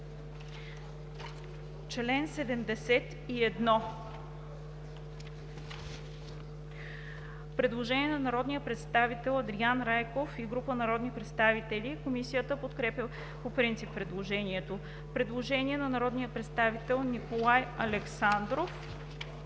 чл. 71 има предложение на народния Андриан Райков и група народни представители. Комисията подкрепя по принцип предложението. Предложение на народния представител Николай Александров.